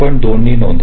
2 नोंदवाल